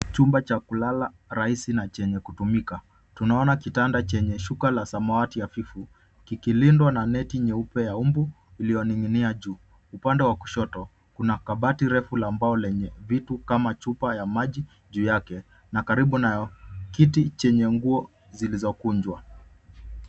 Chumba cha kulala rahisi na chenye kutumika tunaona kitanda chenye shuka la samawati hafifu kikilindwa na neti nyeupe ya mbu iliyoninginia juu upande wa kushoto kuna kabati refu la mbao lenye vitu kama chupa ya maji juu yake na karibu nayo kiti chenye nguo zilizokunjwa.